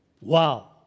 Wow